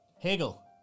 Hegel